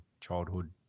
childhood